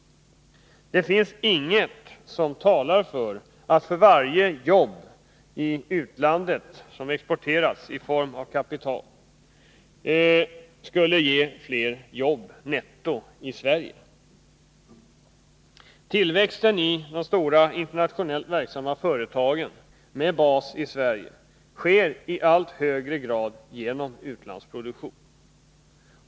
Det finns inget som talar för att varje jobb i utlandet, som exporteras i form av kapital, skulle ge fler jobb netto i Sverige. Tillväxten i de stora internationellt verksamma företagen med bas i Sverige sker i allt högre grad genom utlandsproduktion.